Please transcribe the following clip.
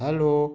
hello